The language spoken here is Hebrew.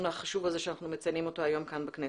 החשוב הזה שאנחנו מציינים אותו היום כאן בכנסת.